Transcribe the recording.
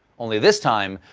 only, this time,